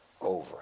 over